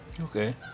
Okay